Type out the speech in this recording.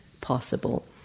possible